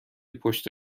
پشت